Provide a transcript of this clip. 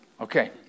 Okay